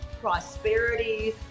prosperity